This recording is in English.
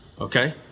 Okay